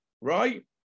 right